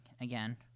again